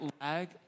lag